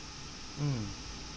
mm